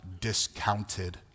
discounted